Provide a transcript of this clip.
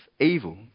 Evil